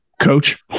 coach